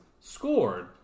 Scored